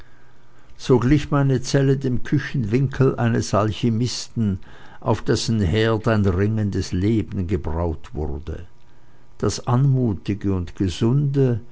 so glich meine zelle dem küchenwinkel eines alchimisten auf dessen herd ein ringendes leben gebraut wurde das anmutige und gesunde